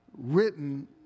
written